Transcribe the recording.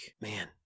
man